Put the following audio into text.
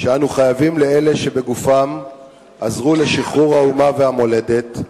שאנו חייבים לאלה שבגופם עזרו לשחרור האומה והמולדת.